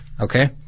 Okay